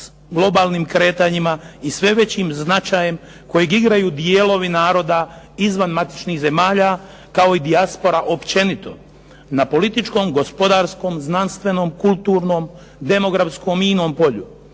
globalnim kretanjima i sve većim značajem kojeg igraju dijelovi naroda izvan matičnih zemalja, kao i dijaspora općenito, na političkom, gospodarskom, znanstvenom, kulturnom, demografskom i inom polju.